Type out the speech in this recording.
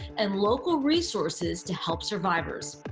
and local resources to help survivors.